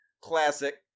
Classic